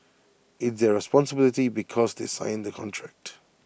it's their responsibility because they sign the contract